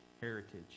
heritage